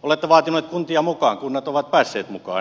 olette vaatineet kuntia mukaan kunnat ovat päässeet mukaan